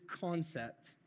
concept